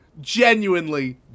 genuinely